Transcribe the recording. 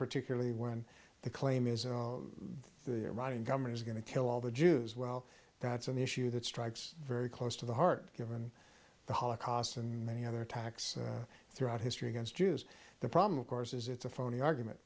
particularly when the claim is the iranian government is going to kill all the jews well that's an issue that strikes very close to the heart given the holocaust and many other attacks throughout history against jews the problem of course is it's a phony argument